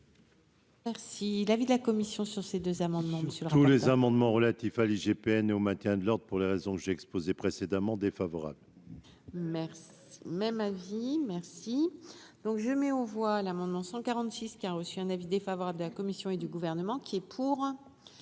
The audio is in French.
Merci l'avis de la commission sur ces deux amendements. Tous les amendements relatifs à l'IGPN au maintien de l'ordre pour les raisons que j'ai exposées précédemment défavorable. Merci même avis merci donc je mets aux voix l'amendement 146. Qui a reçu un avis défavorable de la Commission et du gouvernement qui est pour,